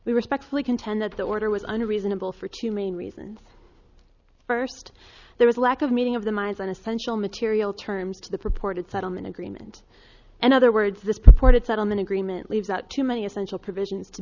we respectfully contend that the order was under reasonable for two main reasons first there was a lack of meeting of the minds on essential material terms to the purported settlement agreement and other words this purported settlement agreement leaves out too many essential provisions to